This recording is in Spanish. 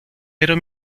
pero